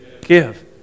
Give